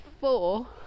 four